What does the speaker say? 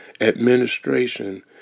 Administration